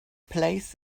placed